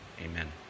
Amen